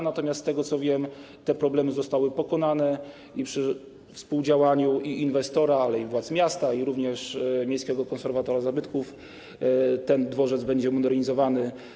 Natomiast z tego, co wiem, te problemy zostały pokonane i przy współdziałaniu inwestora, władz miasta i miejskiego konserwatora zabytków ten dworzec będzie modernizowany.